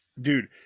Dude